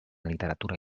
literatura